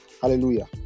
Hallelujah